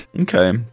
Okay